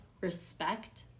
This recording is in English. respect